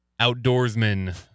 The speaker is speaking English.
outdoorsman